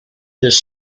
his